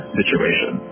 situation